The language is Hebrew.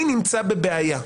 אני נמצא בבעיה,